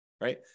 right